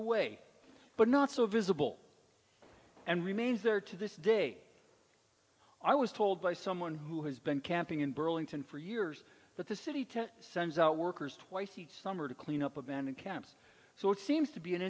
away but not so visible and remains there to this day i was told by someone who has been camping in burlington for years that the city to sends out workers twice each summer to clean up abandoned camps so it seems to be an